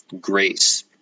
grace